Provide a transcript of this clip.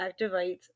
activates